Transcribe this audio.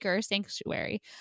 sanctuary